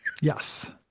Yes